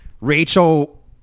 Rachel